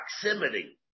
proximity